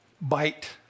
bite